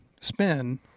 spin